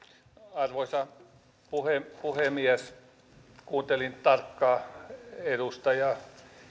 arvoisa puhemies kuuntelin tarkkaan edustaja